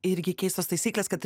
irgi keistos taisyklės kad